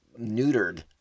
neutered